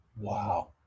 Wow